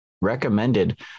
recommended